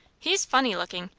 he's funny looking.